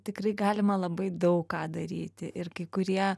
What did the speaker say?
tikrai galima labai daug ką daryti ir kai kurie